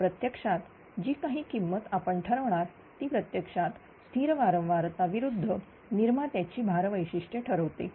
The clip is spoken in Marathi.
तर प्रत्यक्षात जी काही किंमत आपण ठरवणार ती प्रत्यक्षात स्थिर वारंवारता विरुद्ध निर्मात्याची भार वैशिष्ट्ये ठरवते